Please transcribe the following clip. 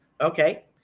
Okay